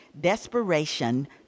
desperation